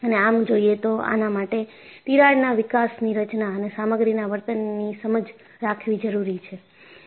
અને આમ જોઈએ તો આના માટે તિરાડના વિકાસની રચના અને સામગ્રીના વતર્નની સમજ રાખવી જરૂરી છે